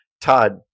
Todd